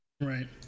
Right